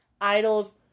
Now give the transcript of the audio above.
idols